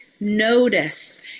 notice